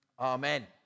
Amen